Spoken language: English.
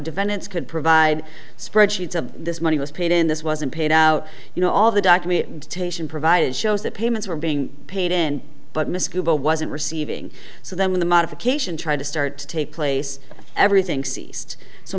defendants could provide spreadsheets of this money was paid in this wasn't paid out you know all the doc me to provide it shows that payments were being paid in but miss cuba wasn't receiving so then when the modification tried to start to take place everything ceased so